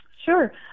Sure